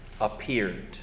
appeared